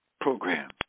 program